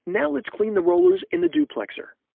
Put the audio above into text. now let's clean the rollers in the duplexer.